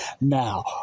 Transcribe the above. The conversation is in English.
Now